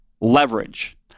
leverage